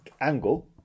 angle